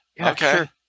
Okay